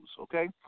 okay